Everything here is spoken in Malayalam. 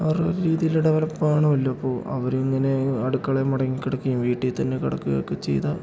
അവരുടെ രീതിയിൽ ഡെവലപ്പാകണമല്ലോ അപ്പോൾ അവരിങ്ങനെ അടുക്കളയിൽ മുടങ്ങി കിടക്കുകയും വീട്ടിൽത്തന്നെ കിടക്കുകയൊക്കെ ചെയ്താൽ